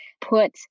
put